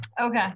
okay